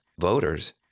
voters